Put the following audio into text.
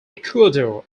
ecuador